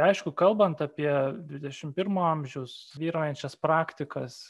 aišku kalbant apie dvidešimt pirmo amžiaus vyraujančias praktikas